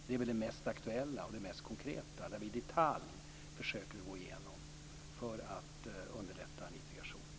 Det är det mest aktuella och det mest konkreta, där vi försöker gå igenom detaljerna för att underlätta en integration.